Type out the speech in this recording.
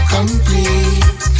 Complete